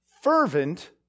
fervent